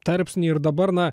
tarpsnį ir dabar na